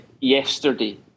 yesterday